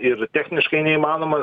ir techniškai neįmanomas